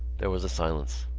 there was a silence.